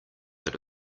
that